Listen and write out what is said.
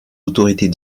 autorités